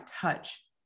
touch